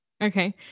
Okay